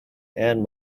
and